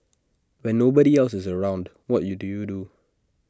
when nobody else is around what you do you do